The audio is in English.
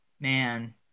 man